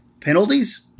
Penalties